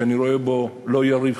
שאני רואה בו לא יריב,